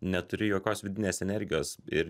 neturi jokios vidinės energijos ir